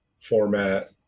format